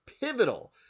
pivotal